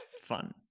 fun